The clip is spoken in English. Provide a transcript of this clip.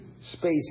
space